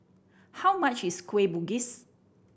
how much is Kueh Bugis